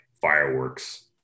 fireworks